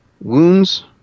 wounds